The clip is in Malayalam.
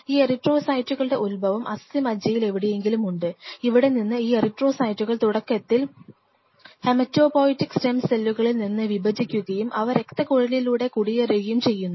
ഈ എറിത്രോസൈറ്റുകളുടെ ഉത്ഭവം അസ്ഥിമജ്ജയിൽ എവിടെയെങ്കിലും ഉണ്ട് ഇവിടെ നിന്ന് ഈ എറിത്രോസൈറ്റുകൾ തുടക്കത്തിൽ ഹെമറ്റോപോയിറ്റിക് സ്റ്റെം സെല്ലുകളിൽ നിന്ന് വിഭജിക്കുകയും അവ രക്തക്കുഴലുകളിലൂടെ കുടിയേറുകയും ചെയ്യുന്നു